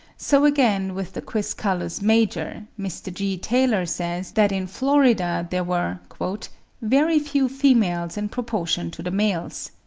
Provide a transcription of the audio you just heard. so again with the quiscalus major, mr. g. taylor says, that in florida there were very few females in proportion to the males,